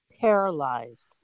paralyzed